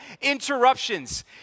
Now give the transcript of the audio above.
interruptions